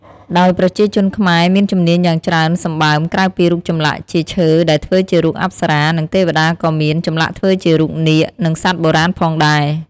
ដោយប្រជាជនខ្មែរមានជំនាញយ៉ាងច្រើនសម្បើមក្រៅពីរូបចម្លាក់ជាឈើដែលធ្វើជារូបអប្សរា និងទេវតាក៏មាន ចម្លាក់ធ្វើជារូបនាគ និងសត្វបុរាណផងដែរ។